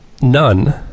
None